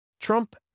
Trump